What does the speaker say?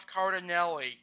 Cardinelli